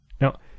Now